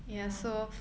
ya